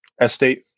estate